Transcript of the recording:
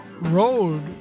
road